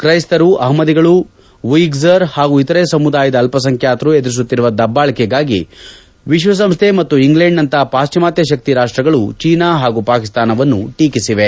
ಕ್ರೈಸ್ತರು ಅಹ್ಮದಿಗಳು ಉಯಿಗರ್ಸ್ ಹಾಗೂ ಇತರೆ ಸಮುದಾಯದ ಅಲ್ಲಸಂಖ್ಯಾತರು ಎದುರಿಸುತ್ತಿರುವ ದಬ್ಬಾಳಿಕೆಗಾಗಿ ವಿಶ್ವಸಂಸ್ಥೆ ಮತ್ತು ಇಂಗ್ಲೆಂಡ್ ನಂತಹ ಪಾಶ್ವಿಮಾತ್ಯ ಶಕ್ತಿ ರಾಷ್ಟಗಳು ಚೀನಾ ಹಾಗೂ ಪಾಕಿಸ್ತಾನವನ್ನು ಟೀಕಿಸಿವೆ